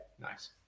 Nice